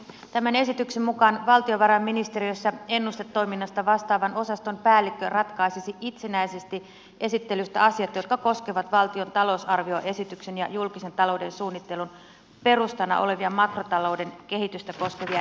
tämän esityksen mukaan valtiovarainministeriössä ennustetoiminnasta vastaavan osaston päällikkö ratkaisisi itsenäisesti esittelystä asiat jotka koskevat valtion talousarvioesityksen ja julkisen talouden suunnittelun perustana olevia makrotalouden kehitystä koskevia ennusteita